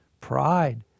Pride